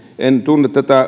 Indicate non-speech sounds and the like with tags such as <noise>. en tunne tätä <unintelligible>